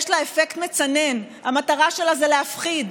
יש לה אפקט מצנן, המטרה שלה זה להפחיד,